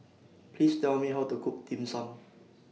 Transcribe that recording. Please Tell Me How to Cook Dim Sum